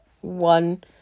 one